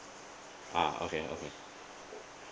ah okay okay